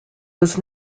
was